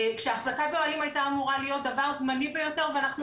שהחזקה באוהלים הייתה אמורה להיות דבר זמני ביותר ואנחנו